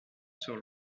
sur